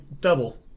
double